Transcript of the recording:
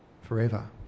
forever